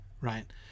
right